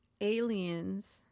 aliens